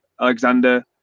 Alexander